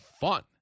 fun